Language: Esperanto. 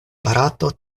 barato